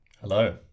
Hello